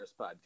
podcast